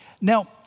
Now